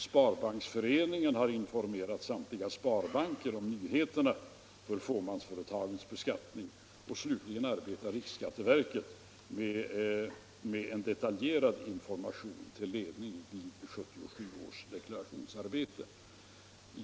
Sparbanksföreningen har informerat samtliga sparbanker om nyheterna för fåmansföretagens beskattning, och slutligen arbetar riksskatteverket med en detaljerad information till ledning vid 1977 års deklarationsarbete.